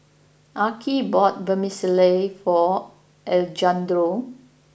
Arkie bought Vermicelli for Alejandro